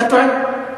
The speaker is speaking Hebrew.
אתה טועה.